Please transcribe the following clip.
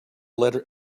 letter